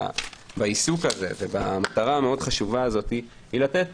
בעיסוק הזה ובמטרה החשובה מאוד הזאת היא לתת